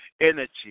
energy